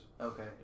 Okay